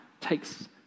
takes